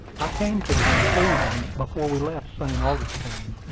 i came to the conclusion, before we left st. augustine,